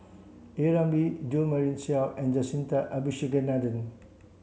A Ramli Jo Marion Seow and Jacintha Abisheganaden